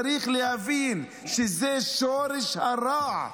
צריך להבין שזה שורש הרע,